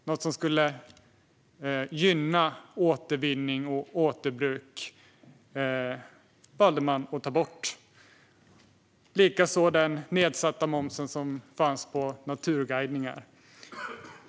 Något som skulle gynna återvinning och återbruk valde man att ta bort, liksom den nedsatta momsen på naturguidningar.